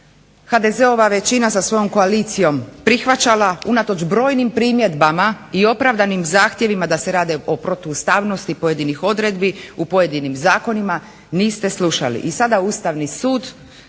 HDZ-ova većina sa svojom koalicijom prihvaćala unatoč brojnim primjedbama i opravdanim zahtjevima da se rade o protuustavnosti pojedinih odredbi u pojedinim zakonima, niste slušali.